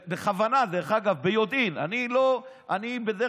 בכוונה, דרך